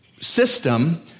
system